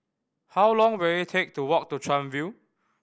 how long will it take to walk to Chuan View